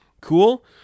Cool